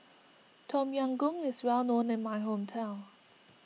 Tom Yam Goong is well known in my hometown